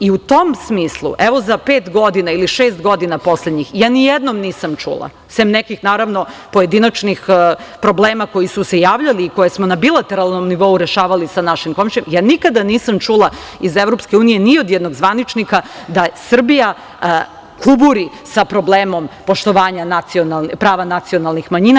U tom smislu, za pet ili šest poslednjih godina, ja nijednom nisam čula, sem nekih pojedinačnih problema koji su se javljali i koje smo na bilateralnom nivou rešavali sa našim komšijama, ja nikada nisam čula iz EU ni od jednog zvaničnika da Srbija kuburi sa problemom poštovanja prava nacionalnih manjina.